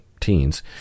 teens